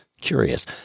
Curious